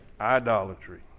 Idolatry